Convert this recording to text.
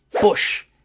Bush